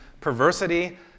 perversity